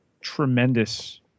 tremendous